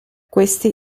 questi